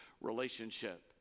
relationship